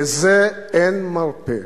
לזה אין מרפא.